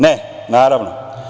Ne, naravno.